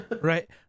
Right